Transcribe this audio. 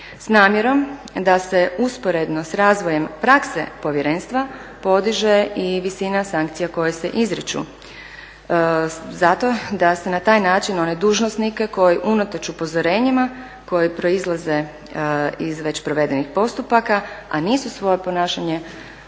s namjerom da se usporedno s razvojem prakse povjerenstva podiže i visina sankcija koje se izriču, zato da se na taj način one dužnosnike koji unatoč upozorenju koja proizlaze iz već provedenih postupaka, a nisu svoje ponašanje